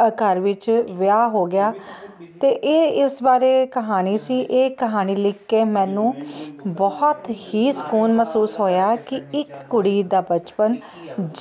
ਆ ਘਰ ਵਿੱਚ ਵਿਆਹ ਹੋ ਗਿਆ ਅਤੇ ਇਹ ਇਸ ਬਾਰੇ ਕਹਾਣੀ ਸੀ ਇਹ ਕਹਾਣੀ ਲਿਖ ਕੇ ਮੈਨੂੰ ਬਹੁਤ ਹੀ ਸਕੂਨ ਮਹਿਸੂਸ ਹੋਇਆ ਕਿ ਇੱਕ ਕੁੜੀ ਦਾ ਬਚਪਨ